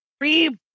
three